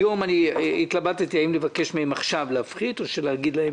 היום התלבטתי האם לבקש מהם עכשיו להפחית או להגיד להם